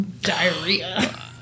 diarrhea